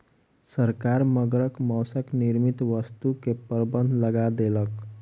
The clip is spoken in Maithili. सरकार मगरक मौसक निर्मित वस्तु के प्रबंध लगा देलक